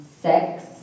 sex